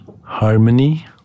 harmony